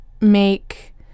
make